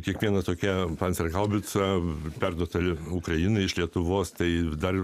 kiekvieną tokią pensiją haubica perduota ukrainai iš lietuvos tai dar